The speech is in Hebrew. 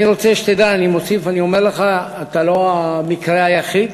זה לא המקרה היחיד.